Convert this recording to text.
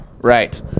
Right